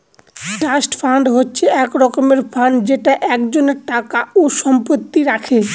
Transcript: trust fund হচ্ছে এক রকমের ফান্ড যেটা একজনের টাকা ও সম্পত্তি রাখে